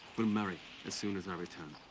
we'll marry as soon as and i return.